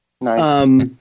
Nice